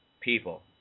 people